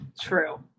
true